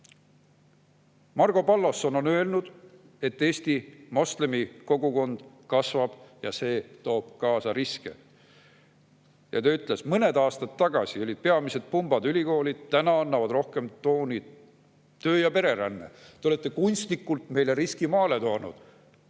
Margo Palloson on öelnud, et Eesti moslemi kogukond kasvab ja see toob kaasa riske. Ja ta ütles, et mõned aastad tagasi olid peamised pumbad ülikoolid, täna annavad rohkem tooni töö- ja pereränne. Te olete kunstlikult meile riski maale toonud.